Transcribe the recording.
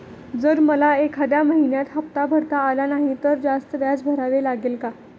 जर मला एखाद्या महिन्यात हफ्ता भरता आला नाही तर जास्त व्याज भरावे लागेल का?